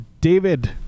David